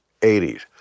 80s